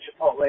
Chipotle